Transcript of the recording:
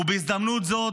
בהזדמנות זאת,